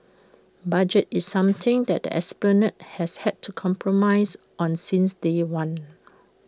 budget is something that the esplanade has had to compromise on since day one